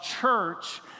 church